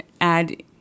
add